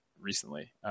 recently